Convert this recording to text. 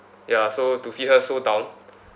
ya so to see her so down